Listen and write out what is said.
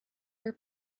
her